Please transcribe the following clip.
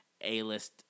A-list